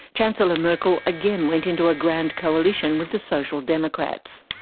chancellor merkel again went into a grand coalition with the social democrats.